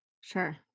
Sure